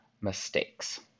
mistakes